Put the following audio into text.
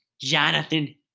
Jonathan